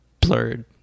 blurred